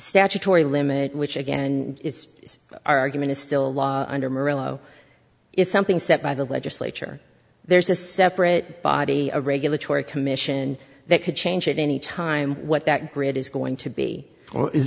statutory limit which again is argument is still a law under morello is something set by the legislature there's a separate body a regulatory commission that could change at any time what that grid is going to be